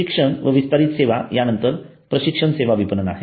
शिक्षण व विस्तारीत सेवा यानंतर प्रशिक्षण सेवा विपणन आहे